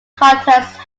contest